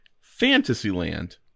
Fantasyland